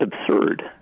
absurd